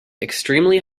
extremely